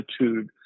attitude